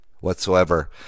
whatsoever